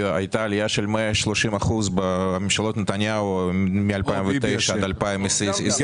הייתה עלייה של 130% בממשלות נתניהו מ-2009 עד 2021. אה,